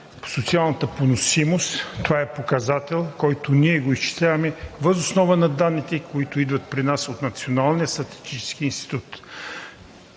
на социалната поносимост – това е показател, който ние изчисляваме въз основа на данните, които идват при нас от Националния статистически институт.